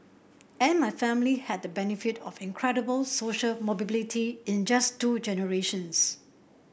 and my family had the benefit of incredible social in just two generations